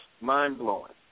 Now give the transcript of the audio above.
mind-blowing